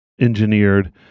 engineered